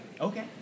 Okay